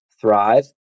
thrive